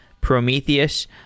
Prometheus